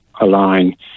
align